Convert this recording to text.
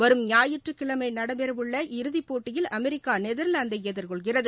வரும் ஞாயிற்றுக்கிழமை நடைபெற்றவுள்ள இறுதிப்போட்டியில் அமெரிக்கா நெதர்லாந்தை எதிர் கொள்கிறது